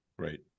Right